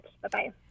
Bye-bye